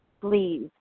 please